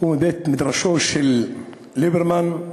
הוא מבית-מדרשו של ליברמן,